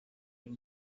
y’u